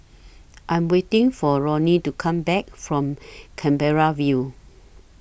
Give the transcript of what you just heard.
I'm waiting For Ronnie to Come Back from Canberra View